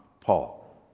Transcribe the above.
Paul